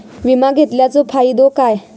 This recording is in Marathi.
विमा घेतल्याचो फाईदो काय?